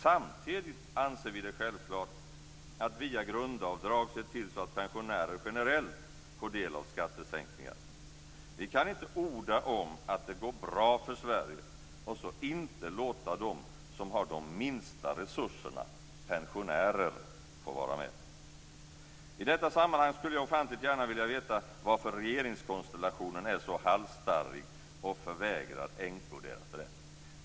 Samtidigt anser vi det som självklart att via grundavdrag se till att pensionärer generellt får del av skattesänkningar. Vi kan inte orda om att det går bra för Sverige och sedan inte låta dem som har de minsta resurserna, pensionärerna, få vara med. I detta sammanhang skulle jag ofantliga gärna vilja veta varför regeringskonstellationen är så halsstarrig och förvägrar änkorna deras rätt.